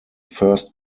first